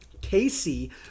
casey